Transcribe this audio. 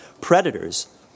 predators